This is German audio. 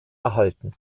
erhalten